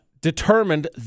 Determined